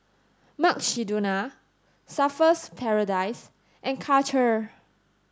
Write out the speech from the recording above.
Mukshidonna Surfer's Paradise and Karcher